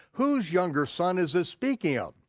whose younger son is it speaking of?